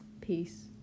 Peace